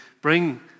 bring